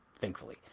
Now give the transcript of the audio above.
thankfully